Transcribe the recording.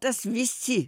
tas visi